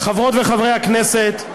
חברות וחברי הכנסת,